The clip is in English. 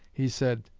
he said,